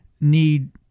need